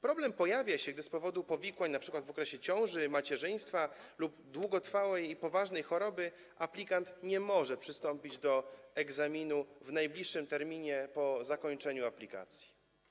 Problem pojawia się, gdy z powodu powikłań np. w okresie ciąży czy macierzyństwa lub długotrwałej i poważnej choroby aplikant nie może przystąpić do egzaminu w najbliższym terminie po zakończeniu aplikacji.